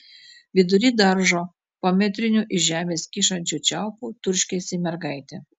vidury daržo po metriniu iš žemės kyšančiu čiaupu turškėsi mergaitė